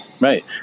Right